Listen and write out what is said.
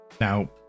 now